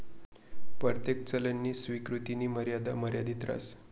परतेक चलननी स्वीकृतीनी मर्यादा मर्यादित रहास